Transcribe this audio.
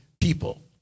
people